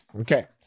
Okay